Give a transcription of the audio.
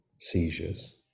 seizures